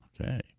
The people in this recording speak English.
okay